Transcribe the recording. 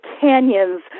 canyons